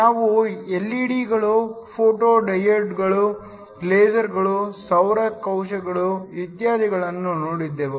ನಾವು ಎಲ್ಇಡಿಗಳು ಫೋಟೋ ಡಯೋಡ್ಗಳು ಲೇಸರ್ಗಳು ಸೌರ ಕೋಶಗಳು ಇತ್ಯಾದಿಗಳನ್ನು ನೋಡಿದ್ದೇವೆ